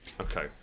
Okay